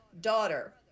daughter